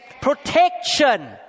protection